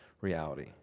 reality